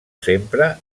sempre